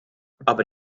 aber